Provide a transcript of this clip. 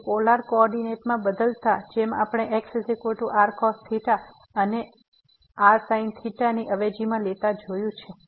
તો polar coordinate માં બદલાતા જેમ આપણે xrcos અને rsin ને અવેજીમાં લેતા જોયું છે